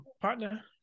partner